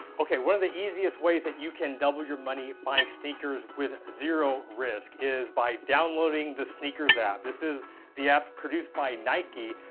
okay one of the easiest ways that you can double your money buying sneakers with zero risk, is by downloading the snkrs app. this is the app produced by nike.